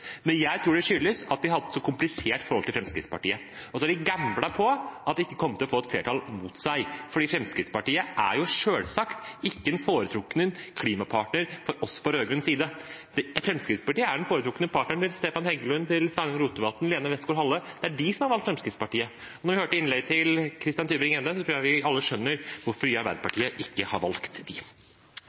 Men jeg tror det skyldes at de har hatt et så komplisert forhold til Fremskrittspartiet, og så har de gamblet på at de ikke kom til å få et flertall mot seg, fordi Fremskrittspartiet selvsagt ikke er en foretrukken klimapartner for oss på rød-grønn side. Fremskrittspartiet er den foretrukne partneren til Stefan Heggelund, Sveinung Rotevatn, Lene Westgaard-Halle – det er de som har valgt Fremskrittspartiet. Når vi hørte innlegget til Christian Tybring-Gjedde, tror jeg vi alle skjønner hvorfor vi i Arbeiderpartiet ikke har valgt